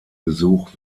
besuch